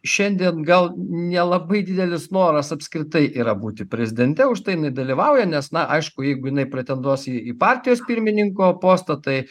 šiandien gal nelabai didelis noras apskritai yra būti prezidente už tai jinai dalyvauja nes na aišku jeigu jinai pretenduos į į partijos pirmininko postą tai